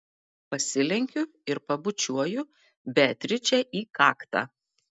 pasilenkiu ir pabučiuoju beatričę į kaktą